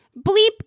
bleep